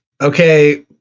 okay